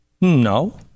no